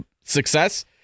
success